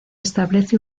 establece